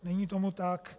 Není tomu tak.